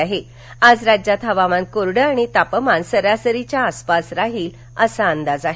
आज राज्यात हवामान कोरडं आणि तापमान सरासरीच्या आसपास राहील असा अंदाज आहे